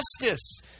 justice